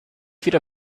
wieder